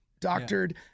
doctored